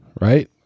right